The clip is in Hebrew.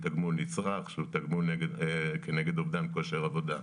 תגמול נצרך שהוא תגמול כנגד אובדן כושר עבודה.